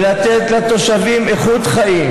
ולתת לתושבים איכות חיים.